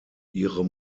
ihre